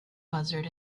buzzard